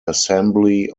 assembly